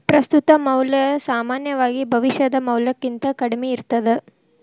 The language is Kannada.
ಪ್ರಸ್ತುತ ಮೌಲ್ಯ ಸಾಮಾನ್ಯವಾಗಿ ಭವಿಷ್ಯದ ಮೌಲ್ಯಕ್ಕಿಂತ ಕಡ್ಮಿ ಇರ್ತದ